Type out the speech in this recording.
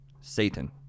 Satan